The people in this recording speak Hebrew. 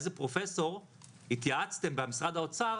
איזה פרופסור התייעצתם במשרד האוצר